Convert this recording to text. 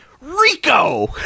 Rico